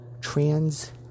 trans